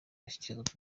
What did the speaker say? yashyikirizwaga